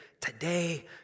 today